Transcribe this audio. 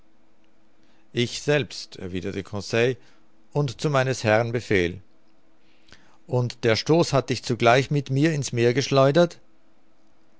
ich selbst erwiderte conseil und zu meines herrn befehl und der stoß hat dich zugleich mit mir in's meer geschleudert